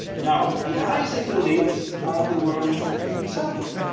now the eyes and the lips are the words themselves.